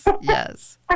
Yes